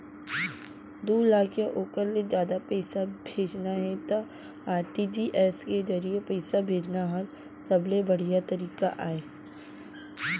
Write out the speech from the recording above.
दू लाख या ओकर ले जादा पइसा भेजना हे त आर.टी.जी.एस के जरिए पइसा भेजना हर सबले बड़िहा तरीका अय